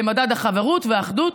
למדד החברות והאחדות.